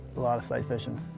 a lot of sight fishing.